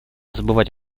забывать